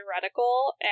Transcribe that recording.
theoretical